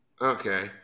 okay